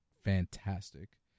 fantastic